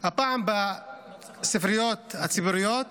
הפעם בספריות הציבוריות,